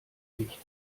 nicht